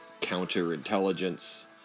counterintelligence